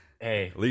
Hey